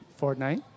Fortnite